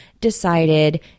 decided